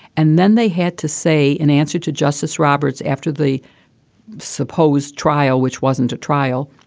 and then they had to say in answer to justice roberts after the supposed trial, which wasn't a trial,